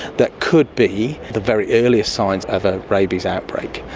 that could be the very earliest signs of a rabies outbreak.